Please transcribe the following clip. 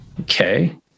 okay